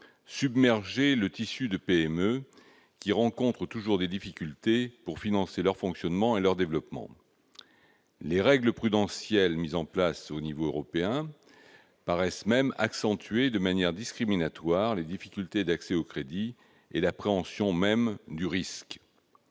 submerger le tissu des PME. Ces dernières rencontrent toujours des difficultés pour financer leur fonctionnement et leur développement. Les règles prudentielles mises en place au niveau européen paraissent même accentuer de manière discriminatoire leurs difficultés d'accès au crédit et l'appréhension même du risque.